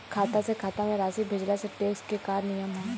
खाता से खाता में राशि भेजला से टेक्स के का नियम ह?